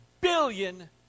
billion